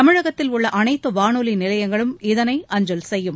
தமிழகத்தில் உள்ள அனைத்து வானொலி நிலையங்களும் இதனை அஞ்சல் செய்யும்